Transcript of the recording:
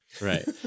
right